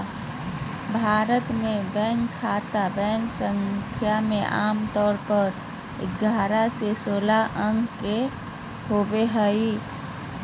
भारत मे बैंक खाता संख्या मे आमतौर पर ग्यारह से सोलह अंक के होबो हय